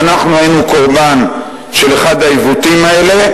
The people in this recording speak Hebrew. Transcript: ואנחנו היינו קורבן של אחד העיוותים האלה,